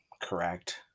correct